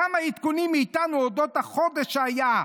כמה עדכונים מאיתנו אודות החודש שהיה.